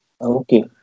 Okay